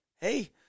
hey